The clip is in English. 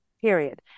period